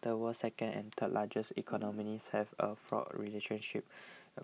the world's second and third largest economies have a fraught relationship